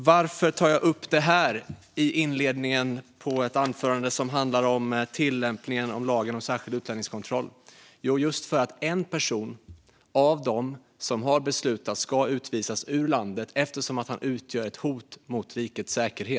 Varför tar jag upp det här i ett anförande som handlar om tillämpningen av lagen om särskild utlänningskontroll? Det gör jag just för att det involverar en person som man har beslutat ska utvisas ur landet eftersom personen utgör ett hot mot rikets säkerhet.